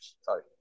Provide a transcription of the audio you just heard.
Sorry